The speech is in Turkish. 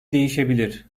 değişebilir